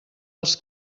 als